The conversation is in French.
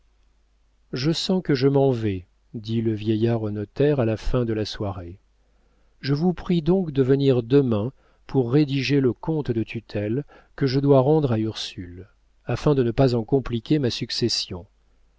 je sens que je m'en vais dit le vieillard au notaire à la fin de la soirée je vous prie donc de venir demain pour rédiger le compte de tutelle que je dois rendre à ursule afin de ne pas en compliquer ma succession